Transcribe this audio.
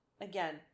again